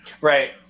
Right